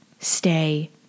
stay